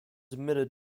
admitted